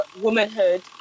womanhood